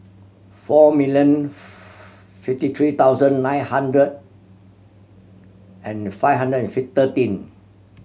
four million fifty three thousand nine hundred and five hundred and